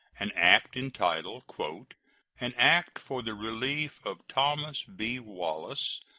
an act entitled an act for the relief of thomas b. wallace,